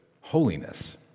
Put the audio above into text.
holiness